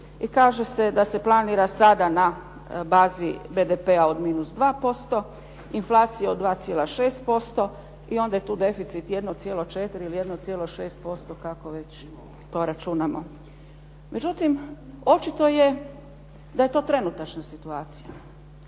kaže se da se planira sada na bazi BDP od -2%, inflacije od 2,6% i onda je tu deficit od 1,4 ili 1,6% kako već to računamo. Međutim, očito je da je to trenutačna situacija.